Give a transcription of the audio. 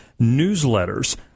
newsletters